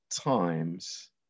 times